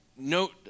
Note